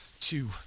two